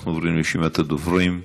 ואנחנו עוברים לרשימת הדוברים,